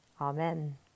Amen